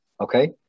Okay